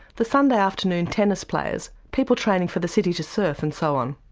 the sunday afternoon tennis players, people training for the city to surf and so on,